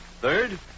Third